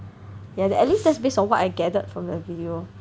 yeah at least that's based on what I gathered from the video